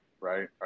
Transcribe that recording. right